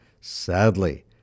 Sadly